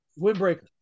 Windbreaker